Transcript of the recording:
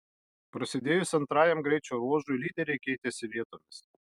prasidėjus antrajam greičio ruožui lyderiai keitėsi vietomis